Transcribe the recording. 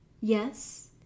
Yes